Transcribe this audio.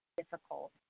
difficult